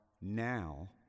now